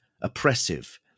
oppressive